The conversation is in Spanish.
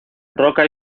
roca